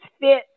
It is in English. fit